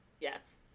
Yes